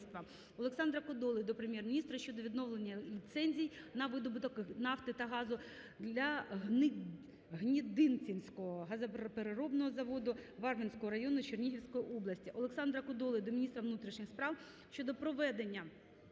Олександра Кодоли до Прем'єр-міністра щодо відновлення ліцензій на видобуток нафти та газу для Гнідинцівського газопереробного заводу Варвинського району Чернігівської області. Олександра Кодоли до міністра внутрішніх справ щодо проведення